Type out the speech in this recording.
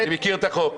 אני מכיר את החוק.